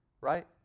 Right